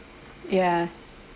ya